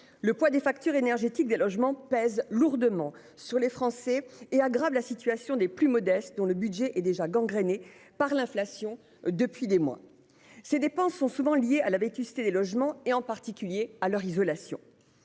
Le poids des factures énergétiques des logements pèse lourdement sur les Français et aggrave la situation des plus modestes, dont le budget est déjà gangrénée par l'inflation depuis des mois ces dépenses sont souvent liés à la vétusté des logements et en particulier à leur isolation.